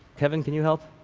kevin, can you help?